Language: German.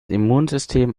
immunsystem